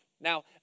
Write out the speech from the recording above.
Now